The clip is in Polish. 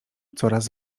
coraz